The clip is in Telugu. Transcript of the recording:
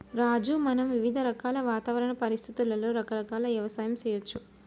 రాజు మనం వివిధ రకాల వాతావరణ పరిస్థితులలో రకరకాల యవసాయం సేయచ్చు